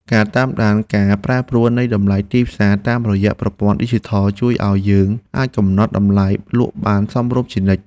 ការតាមដានការប្រែប្រួលនៃតម្លៃទីផ្សារតាមរយៈប្រព័ន្ធឌីជីថលជួយឱ្យយើងអាចកំណត់តម្លៃលក់បានសមរម្យជានិច្ច។